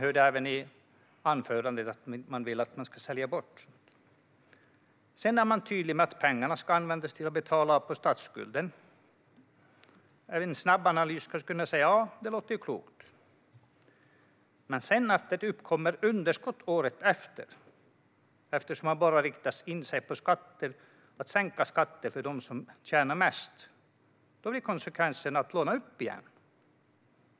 Vi hörde i anförandet att man vill sälja SBAB. Sedan är man tydlig med att pengarna ska användas till att betala av på statsskulden. Vid en snabb analys skulle man kunna säga att det låter klokt. Men när det sedan uppkommer underskott året efter, eftersom man bara har riktat in sig på att sänka skatter för dem som tjänar mest, blir konsekvenserna att man lånar upp igen.